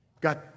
got